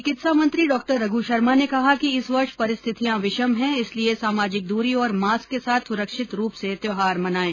चिकित्सा मंत्री डॉ रघु शर्मा ने कहा कि इस वर्ष परिस्थितियां विषम हैं इसलिए सामाजिक दूरी और मास्क के साथ सुरक्षित रूप से त्यौहार मनाएं